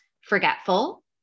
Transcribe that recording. forgetful